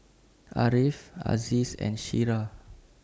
Ariff Aziz and Syirah